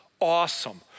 awesome